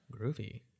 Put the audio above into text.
Groovy